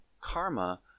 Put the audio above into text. karma